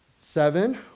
Seven